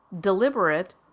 deliberate